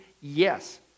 Yes